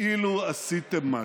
כאילו עשיתם משהו.